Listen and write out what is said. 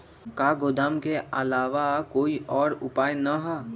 का गोदाम के आलावा कोई और उपाय न ह?